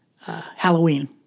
Halloween